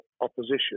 opposition